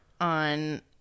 on